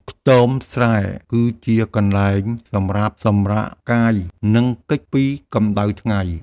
ខ្ទមស្រែគឺជាកន្លែងសម្រាប់សម្រាកកាយ និងគេចពីកំដៅថ្ងៃ។